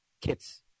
kits